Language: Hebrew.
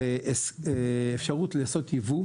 לעשות ייבוא,